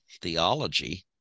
theology